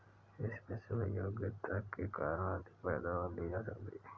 special योग्यता के कारण अधिक पैदावार ली जा सकती है